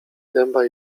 dęba